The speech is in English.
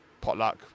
Potluck